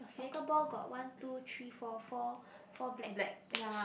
soccer ball got one two three four four four black patches